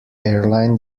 airline